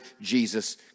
Jesus